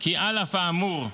כי על אף האמור,